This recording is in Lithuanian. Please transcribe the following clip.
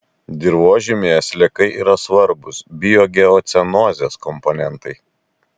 dirvožemyje sliekai yra svarbūs biogeocenozės komponentai